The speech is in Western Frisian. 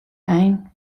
ein